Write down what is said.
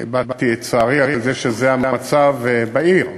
הבעתי את צערי על כך שזה המצב בעיר.